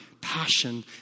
passion